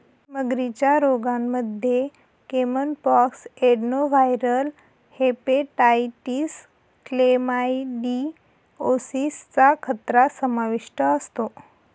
मगरींच्या रोगांमध्ये caiman pox, adenoviral hepatitis, chlamydiosis चा खतरा समाविष्ट असतो